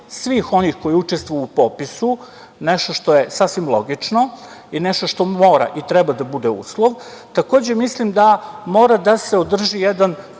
svih onih koji učestvuju u popisu nešto što je sasvim logično, i nešto što mora i treba da bude uslov. Takođe, mislim da mora da se održi jedan